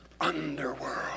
underworld